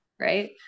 right